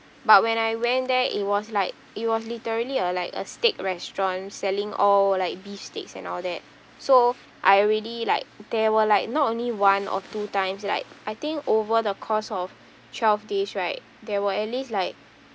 but when I went there it was like it was literally a like a steak restaurant selling all like beef steaks and all that so I already like there were like not only one or two times like I think over the course of twelve days right there were at least like